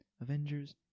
Avengers